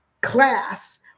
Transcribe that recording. class